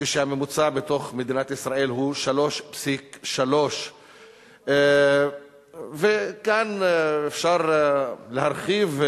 כשהממוצע בתוך מדינת ישראל הוא 3.3. וכאן אפשר להרחיב,